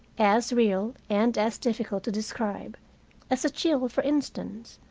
as real and as difficult to describe as a chill, for instance.